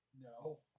No